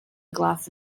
glass